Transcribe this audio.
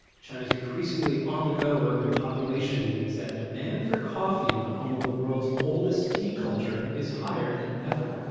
china's increasingly on-the-go urban population means that demand for coffee in the home of the world's oldest tea culture is higher than ever